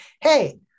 hey